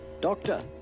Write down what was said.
Doctor